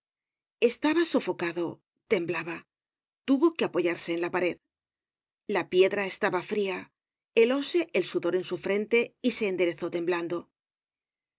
estaba sofocado temblaba tuvo que apoyarse en la pared la piedra estaba fria helóse el sudor en su frente y se enderezó temblando